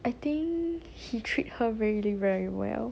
I think he treat her really very well